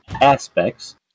Aspects